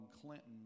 Clinton